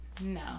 No